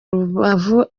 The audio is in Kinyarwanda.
rubavu